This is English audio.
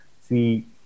see